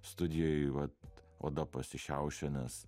studijoj vat oda pasišiaušė nes